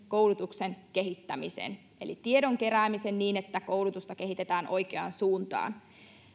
koulutuksen kehittämisen tiedolla eli tiedon keräämisen niin että koulutusta kehitetään oikeaan suuntaan